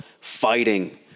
fighting